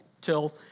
till